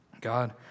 God